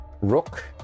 Rook